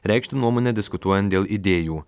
reikšti nuomonę diskutuojant dėl idėjų